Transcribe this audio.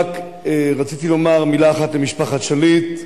אני רק רציתי לומר מלה אחת למשפחת שליט,